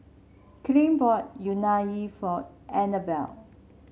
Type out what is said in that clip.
Kylee bought Unagi for Anabel